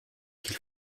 qu’il